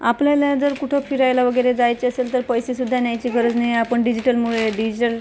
आपल्याला जर कुठं फिरायला वगैरे जायचे असेल तर पैसेसुद्धा न्यायची गरज नाही आपण डिजिटलमुळे डिजल